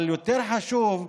אבל יותר חשוב,